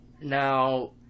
Now